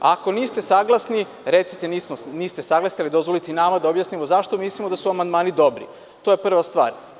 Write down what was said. Ako niste saglasni, recite da niste saglasni, ali dozvolite i nama da objasnimo zašto mislimo da su amandmani dobri i to je prva stvar.